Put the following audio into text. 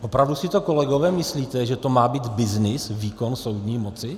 Opravdu si to kolegové myslíte, že to má být byznys, výkon soudní moci?